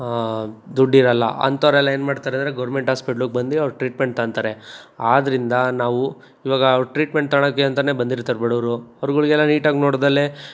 ದುಡ್ಡಿರಲ್ಲ ಅಂಥವ್ರೆಲ್ಲ ಏನು ಮಾಡ್ತರೆ ಅಂದರೆ ಗೋರ್ಮೆಂಟ್ ಹಾಸ್ಪಿಟ್ಲ್ಗೆ ಬಂದು ಅವ್ರು ಟ್ರೀಟ್ಮೆಂಟ್ ತಗೊಂತರೆ ಆದ್ರಿಂದ ನಾವು ಇವಾಗ ಟ್ರೀಟ್ಮೆಂಟ್ ತಗೋಳಕ್ಕೆ ಅಂತ ಬಂದಿರ್ತಾರೆ ಬಡವರು ಅವರುಗಳಿಗೆಲ್ಲ ನೀಟಾಗಿ ನೋಡ್ದಲ್ಲೇ